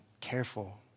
careful